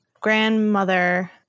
grandmother